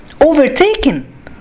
overtaken